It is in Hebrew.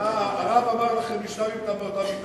הרב אמר לכם לשכב אתם באותה מיטה,